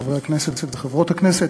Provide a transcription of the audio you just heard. חברי הכנסת וחברות הכנסת,